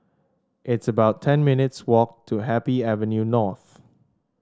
it's about ten minutes' walk to Happy Avenue North